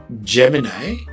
Gemini